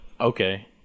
okay